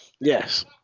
Yes